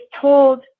told